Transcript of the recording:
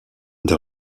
der